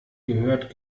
gehört